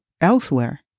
elsewhere